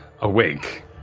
awake